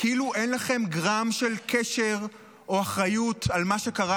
כאילו אין לכם גרם של קשר או אחריות למה שקרה